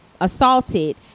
assaulted